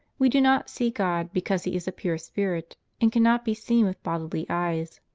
we do not see god, because he is a pure spirit and cannot be seen with bodily eyes.